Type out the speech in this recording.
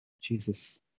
Jesus